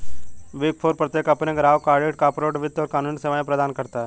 big four प्रत्येक अपने ग्राहकों को ऑडिट, कॉर्पोरेट वित्त और कानूनी सेवाएं प्रदान करता है